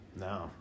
No